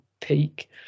peak